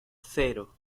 cero